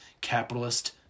capitalist